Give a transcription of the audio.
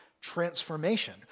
transformation